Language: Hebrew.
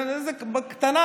בקטנה,